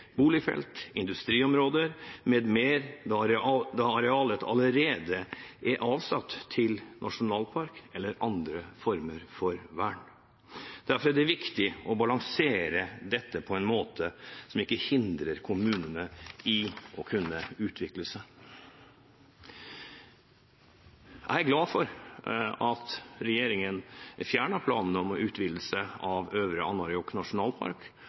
da arealet allerede er avsatt til nasjonalpark eller andre former for vern. Derfor er det viktig å balansere dette på en måte som ikke hindrer kommunene i å kunne utvikle seg. Jeg er glad for at regjeringen har fjernet planen om utvidelse av Øvre Anarjokhi nasjonalpark og opprettelse av Goahteluoppal nasjonalpark